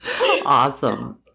Awesome